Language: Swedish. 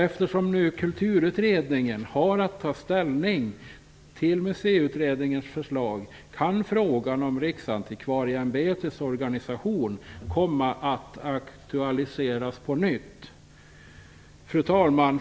Eftersom Kulturutredningen har att ta ställning till Museiutredningens förslag kan frågan om Riksantikvarieämbetets organisation komma att aktualiseras på nytt. Fru talman!